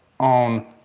on